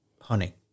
honey